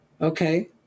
okay